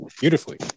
beautifully